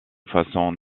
façon